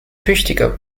tüchtiger